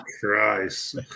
Christ